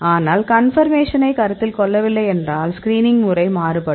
ஆனால் கன்பர்மேஷன்னை கருத்தில் கொள்ளவில்லை என்றால் ஸ்கிரீனிங் முறை மாறுபடும்